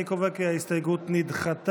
אני קובע כי ההסתייגות נדחתה.